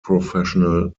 professional